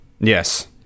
Yes